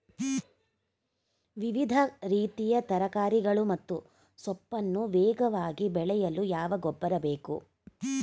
ವಿವಿಧ ರೀತಿಯ ತರಕಾರಿಗಳು ಮತ್ತು ಸೊಪ್ಪನ್ನು ವೇಗವಾಗಿ ಬೆಳೆಯಲು ಯಾವ ಗೊಬ್ಬರ ಬೇಕು?